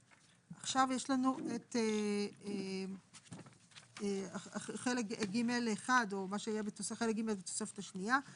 עכשיו יש לנו את חלק ג'1 או מה שיהיה חלק ג' התוספת השנייה.